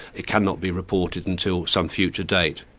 it cannot be reported until some future date.